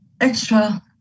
extra